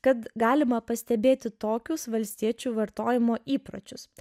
kad galima pastebėti tokius valstiečių vartojimo įpročius